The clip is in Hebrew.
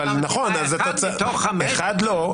אחד מתוך --- אחד לא,